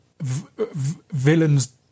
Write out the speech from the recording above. villains